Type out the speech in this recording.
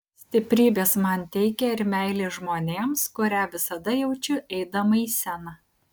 stiprybės man teikia ir meilė žmonėms kurią visada jaučiu eidama į sceną